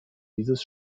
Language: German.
dieses